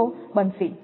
834 છે